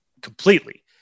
completely